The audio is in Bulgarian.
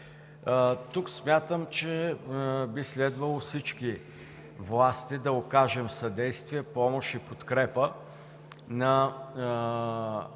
Тук смятам, че би следвало всички власти да окажем съдействие, помощ и подкрепа на